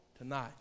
tonight